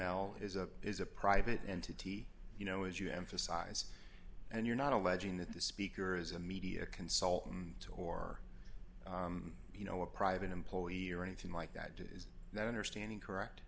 mel is a is a private entity you know as you emphasize and you're not alleging that the speaker is a media consultant or you know a private employee or anything like that is not understanding correct